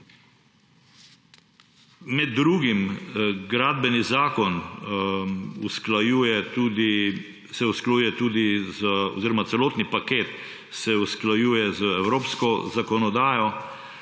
Med drugim se Gradbeni zakon usklajuje oziroma celotni paket se usklajuje z evropsko zakonodajo.